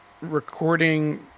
recording